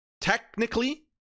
technically